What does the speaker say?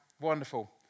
Wonderful